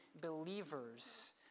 believers